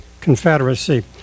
confederacy